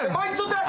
במה היא צודקת?